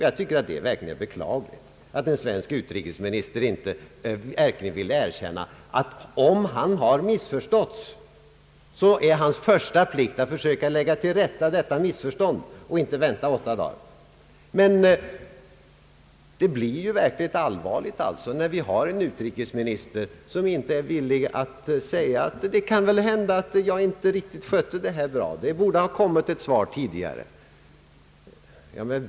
Jag tycker verkligen att det är beklagligt att en svensk utrikesminister inte vill erkänna att om han har blivit missförstådd så är hans första plikt att försöka lägga till rätta detta missförstånd och inte vänta åtta dagar. Situationen blir ju verkligt allvarlig, när vi har en utrikesminister som inte ens är villig att säga att han kanske inte skötte det här riktigt bra.